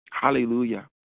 Hallelujah